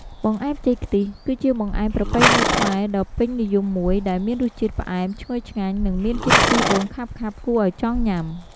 បង្អែមចេកខ្ទិះ គឺជាបង្អែមប្រពៃណីខ្មែរដ៏ពេញនិយមមួយ ដែលមានរសជាតិផ្អែម ឈ្ងុយឆ្ងាញ់ និងមានជាតិខ្ទិះដូងខាប់ៗគួរឱ្យចង់ញ៉ាំ។